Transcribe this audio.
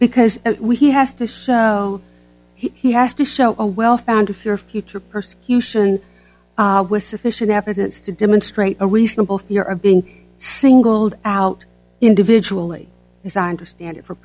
because he has to show he has to show a well founded fear future persecution sufficient evidence to demonstrate a reasonable fear of being singled out individually as i understand it for